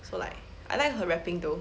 so like I like her rapping though